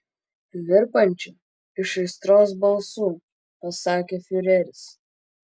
virpančiu iš aistros balsu pasakė fiureris